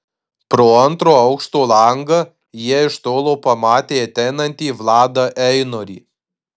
pro antro aukšto langą jie iš tolo pamatė ateinantį vladą einorį